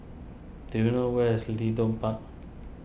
do you know where is Leedon Park